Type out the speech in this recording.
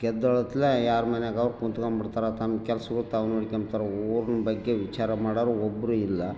ಗೆದ್ದಳೊತ್ಲೇ ಯಾರು ಮನೆಗ ಕುಂತ್ಕೊಂಗ್ಬಿಡ್ತಾರ ತನ್ನ ಕೆಲ್ಸವು ತಾವು ನೋಡ್ಕೊಂತರ ಊರಿನ ಬಗ್ಗೆ ವಿಚಾರ ಮಾಡೋರು ಒಬ್ಬರು ಇಲ್ಲ